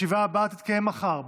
הישיבה הבאה תתקיים מחר,